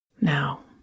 Now